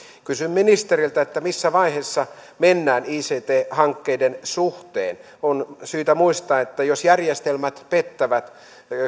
kysyn ministeriltä missä vaiheessa mennään ict hankkeiden suhteen on syytä muistaa että jos järjestelmät pettävät